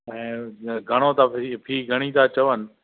ऐं घणो अतव फी फी घणी था चवनि